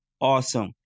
Awesome